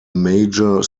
major